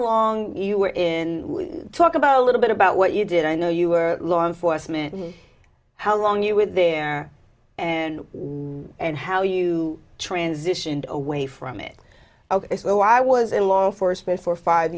long you were in talk about a little bit about what you did i know you were law enforcement how long you were there and and how you transitioned away from it ok so i was in law enforcement for five